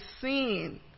sin